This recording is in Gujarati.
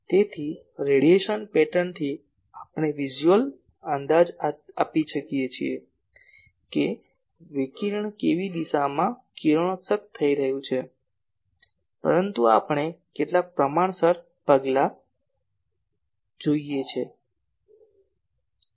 તેથી રેડિયેશન પેટર્નથી આપણે વિઝ્યુઅલ અંદાજ આપીએ છીએ કે વિકિરણ કેવી દિશામાં કિરણોત્સર્ગ થઈ રહ્યું છે પરંતુ આપણે કેટલાક પ્રમાણસર પગલાં જોઈએ છીએ